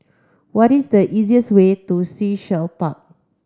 what is the easiest way to Sea Shell Park